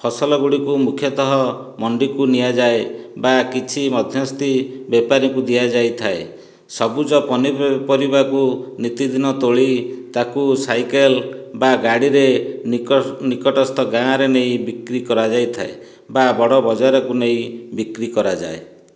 ଫସଲ ଗୁଡ଼ିକୁ ମୁଖ୍ୟତଃ ମଣ୍ଡିକୁ ନିଆଯାଏ ବା କିଛି ମଧ୍ୟସ୍ଥି ବେପାରୀଙ୍କୁ ଦିଆଯାଇଥାଏ ସବୁଜ ପନି ପରିବାକୁ ନୀତିଦିନ ତୋଳି ତାକୁ ସାଇକେଲ ବା ଗାଡ଼ିରେ ନିକଟସ୍ଥ ଗାଁରେ ନେଇ ବିକ୍ରି କରାଯାଇଥାଏ ବା ବଡ଼ ବଜାରକୁ ନେଇ ବିକ୍ରି କରାଯାଏ